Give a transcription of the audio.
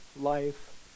life